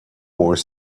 more